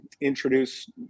introduce